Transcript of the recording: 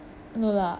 no lah